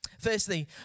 Firstly